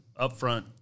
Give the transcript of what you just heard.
upfront